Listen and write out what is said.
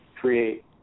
create